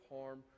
harm